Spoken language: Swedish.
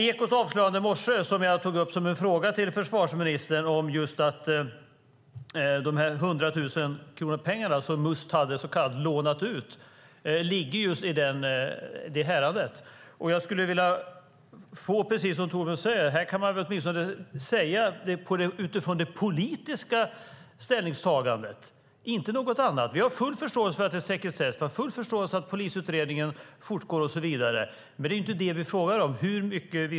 Ekots avslöjande i morse, vilket jag tog upp som en fråga till försvarsministern, om de 100 000 kronor som Must hade så kallat lånat ut ligger i just detta härad. Precis som Torbjörn Björlund gjorde skulle jag, utifrån det politiska ställningstagandet och inget annat, vilja fråga hur mycket regeringen visste med anledning av FOI. Vi har full förståelse för att det är sekretess och för att polisutredningen fortgår och så vidare, men det är inte det vi frågar om.